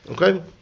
Okay